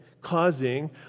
causing